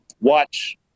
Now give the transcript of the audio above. watch